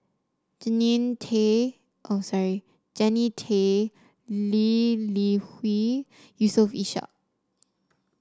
Jannie Tay oh sorry Jannie Tay Lee Li Hui Yusof Ishak